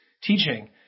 teaching